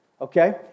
Okay